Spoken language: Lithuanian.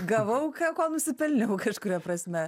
gavau ko nusipelniau kažkuria prasme